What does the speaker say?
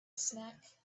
snack